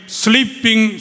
sleeping